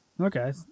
Okay